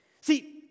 See